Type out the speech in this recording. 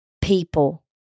people